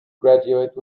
graduate